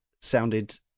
sounded